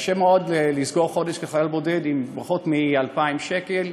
קשה מאוד לסגור חודש כחייל בודד עם פחות מ-2,000 שקל,